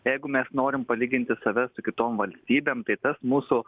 jeigu mes norim palyginti save su kitom valstybėm tai tas mūsų